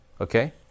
Okay